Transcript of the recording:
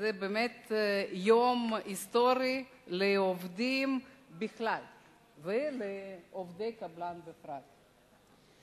יום היסטורי, לעובדים בכלל ולעובדי קבלן בפרט.